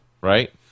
right